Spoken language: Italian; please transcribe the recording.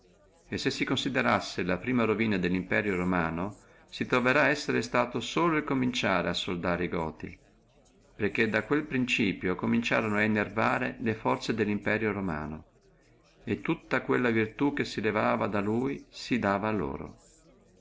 e se si considerassi la prima ruina dello imperio romano si troverrà essere suto solo cominciare a soldare e goti perché da quello principio cominciorono a enervare le forze dello imperio romano e tutta quella virtù che si levava da lui si dava a loro